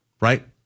Right